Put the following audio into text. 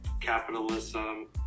capitalism